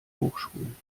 hochschulen